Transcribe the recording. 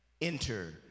Enter